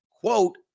quote